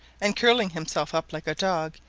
and, curling himself up like a dog,